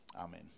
Amen